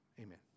Amen